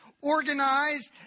organized